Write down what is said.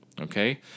okay